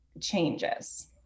changes